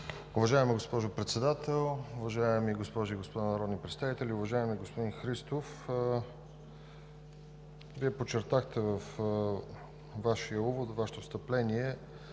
Уважаема госпожо Председател, уважаеми госпожи и господа народни представители! Уважаеми господин Христов, Вие подчертахте във Вашия увод,